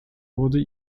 wurde